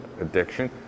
addiction